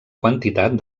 quantitat